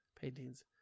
paintings